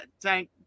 Tank